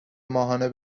ماهانه